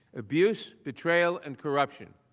abuse, betrayal, and corruption.